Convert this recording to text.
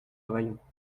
travaillons